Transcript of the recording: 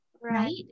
Right